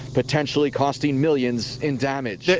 potentially costing millions in damage. yeah